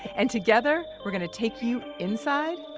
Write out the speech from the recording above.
and together, we're gonna take you inside,